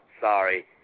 sorry